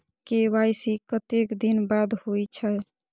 KYC कतेक दिन बाद होई छै?